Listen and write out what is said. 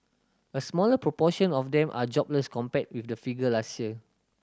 a smaller proportion of them are jobless compared with the figure last year